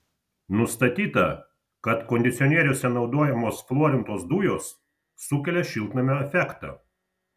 nustatyta kad kondicionieriuose naudojamos fluorintos dujos sukelia šiltnamio efektą